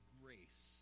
grace